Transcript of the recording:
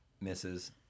misses